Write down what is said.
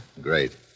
Great